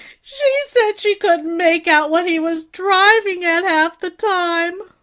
she said she couldn't make out what he was driving at half the time.